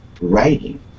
writing